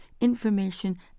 information